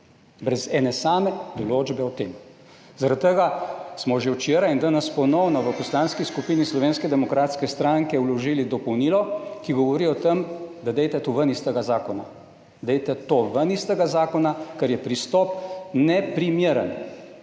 brez ene same določbe o tem. Zaradi tega smo že včeraj in danes ponovno v Poslanski skupini Slovenske demokratske stranke vložili dopolnilo, ki govori o tem, da dajte to ven iz tega zakona. Dajte to ven iz tega zakona, ker je pristop neprimeren.